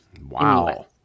Wow